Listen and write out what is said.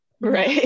right